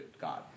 God